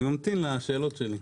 אני ממתין לשאלות שלי.